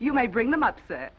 you might bring them up set